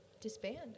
disband